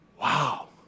Wow